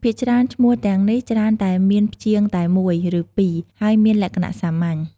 ភាគច្រើនឈ្មោះទាំងនេះច្រើនតែមានព្យាង្គតែមួយ ឬពីរ ហើយមានលក្ខណៈសាមញ្ញ។